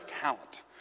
talent